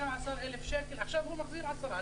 16,000. עכשיו הוא מחזיר 10,000,